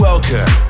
Welcome